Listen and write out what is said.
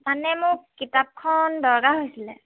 মানে মোক কিতাপখন দৰকাৰ হৈছিলে